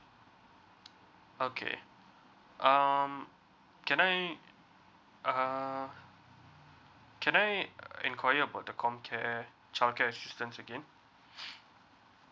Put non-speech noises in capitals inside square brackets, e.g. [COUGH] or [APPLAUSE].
okay um can I uh can I enquire about the comcare childcare assistance again [BREATH]